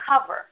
cover